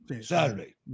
Saturday